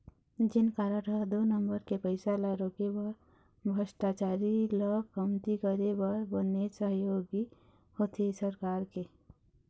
PAN card ह दू number के पइसा ल रोके बर भस्टाचारी ल कमती करे बर बनेच सहयोगी होथे सरकार के